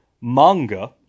manga